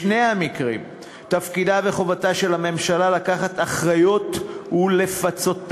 בשני המקרים תפקידה וחובתה של הממשלה לקחת אחריות ולפצותם.